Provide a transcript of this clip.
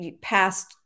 past